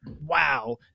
wow